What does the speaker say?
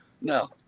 No